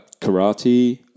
karate